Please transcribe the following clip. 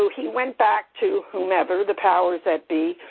so he went back to whomever, the powers that be,